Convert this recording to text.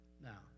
Now